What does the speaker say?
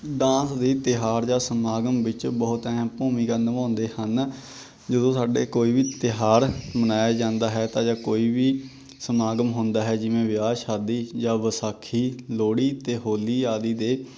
dance ਵੀ ਤਿਉਹਾਰ ਜਾਂ ਸਮਾਗਮ ਵਿੱਚ ਬਹੁਤ ਅਹਿਮ ਭੂਮਿਕਾ ਨਿਭਾਉਂਦੇ ਹਨ ਜਦੋਂ ਸਾਡੇ ਕੋਈ ਵੀ ਤਿਉਹਾਰ ਮਨਾਇਆ ਜਾਂਦਾ ਹੈ ਤਾਂ ਜਾਂ ਕੋਈ ਵੀ ਸਮਾਗਮ ਹੁੰਦਾ ਹੈ ਜਿਵੇਂ ਵਿਆਹ ਸ਼ਾਦੀ ਜਾਂ ਵਿਸਾਖੀ ਲੋਹੜੀ ਅਤੇ ਹੋਲੀ ਆਦਿ ਦੇ